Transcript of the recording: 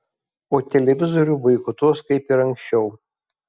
o televizorių boikotuos kaip ir anksčiau